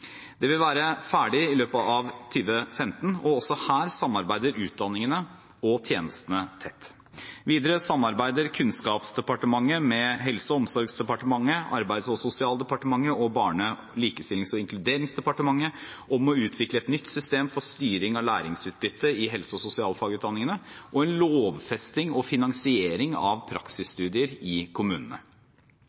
Det vil være ferdig i løpet av 2015, og også her samarbeider utdanningene og tjenestene tett. Videre samarbeider Kunnskapsdepartementet med Helse- og omsorgsdepartementet, Arbeids- og sosialdepartementet og Barne-, likestillings- og inkluderingsdepartementet om å utvikle et nytt system for styring av læringsutbytte i helse- og sosialfagutdanningene og en lovfesting og finansiering av praksisstudier i kommunene.